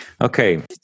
Okay